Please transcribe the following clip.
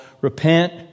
repent